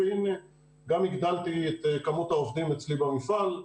והנה גם הגדלתי את כמות העובדים אצלי במפעל.